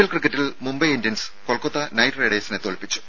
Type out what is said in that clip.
L ക്രിക്കറ്റിൽ Mumbai Indians Kolkata Knight റൈഡേഴ്സിനെ തോൽപ്പിച്ചു